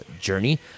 journey